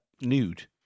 nude